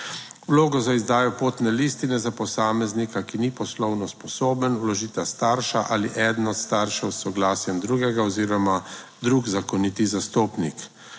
Vlogo za izdajo potne listine za posameznika, ki ni poslovno sposoben, vložita starša ali eden od staršev s soglasjem drugega oziroma drug zakoniti zastopnik.